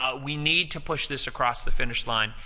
ah we need to push this across the finish line,